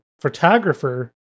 photographer